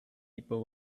people